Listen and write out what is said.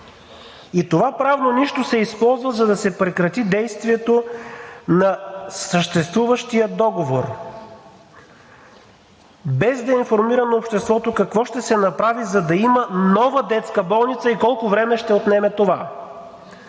И това правно нищо се използва, за да се прекрати действието на съществуващия договор, без да информираме обществото какво ще се направи, за да има нова детска болница и колко време ще отнеме това!